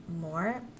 more